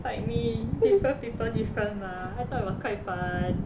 fight me different people different mah I thought it was quite fun